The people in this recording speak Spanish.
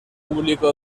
público